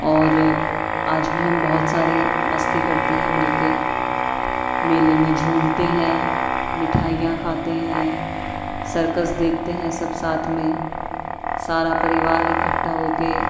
اور آج بھی ہم بہت ساری مستی کرتے ہیں مل کے میلے میں جھولتے ہیں مٹھائیاں کھاتے ہیں سرکس دیکھتے ہیں سب ساتھ میں سارا پریوار اکٹھا ہو کے